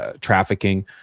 trafficking